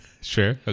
Sure